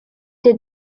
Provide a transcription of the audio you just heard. did